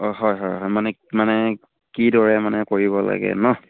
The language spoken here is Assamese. অঁ হয় হয় হয় মানে মানে কিদৰে মানে কৰিব লাগে ন